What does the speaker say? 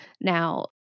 Now